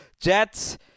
Jets